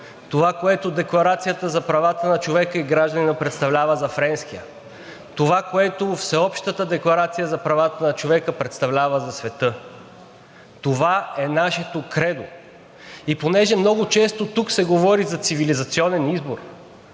това, което Декларацията за правата на човека и гражданина представлява за френския; това, което Всеобщата декларация за правата на човека представлява за света. Това е нашето кредо! И понеже много често тук се говори за цивилизационен избор,